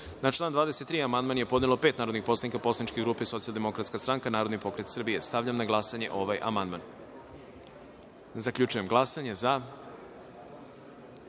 član 14. amandman je podnelo pet narodnih poslanika poslaničke grupe Socijaldemokratska stranka, Narodni pokret Srbije. Stavljam na glasanje ovaj